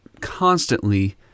constantly